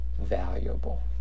valuable